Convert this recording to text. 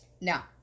now